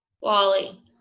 Wally